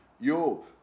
yo